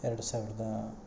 ಎರಡು ಸಾವಿರದ